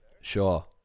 Sure